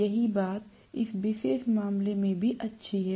यही बात इस विशेष मामले में भी अच्छी है